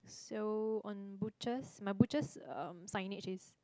so on butchers my butchers um signage is